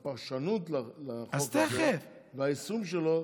הם כתבו שם שהפרשנות לחוק הזה, ליישום שלו,